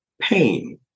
pain